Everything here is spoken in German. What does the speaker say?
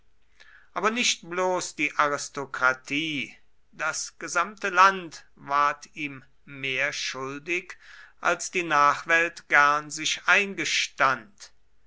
aber nicht bloß die aristokratie das gesamte land ward ihm mehr schuldig als die nachwelt gern sich eingestand